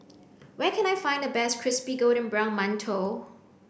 where can I find the best crispy golden brown Mantou